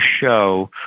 show